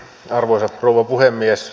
arvoisa rouva puhemies